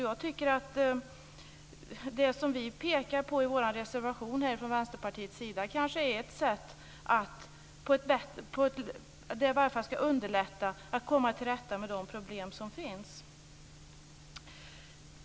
Jag tycker att det som vi pekar på i vår reservation från Vänsterpartiets sida skulle underlätta arbetet med att komma till rätta med de problem som finns.